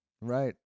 right